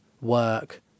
work